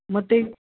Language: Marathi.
मग ते